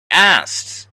asked